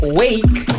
wake